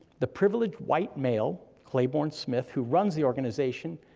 the privileged white male, claiborne smith, who runs the organization,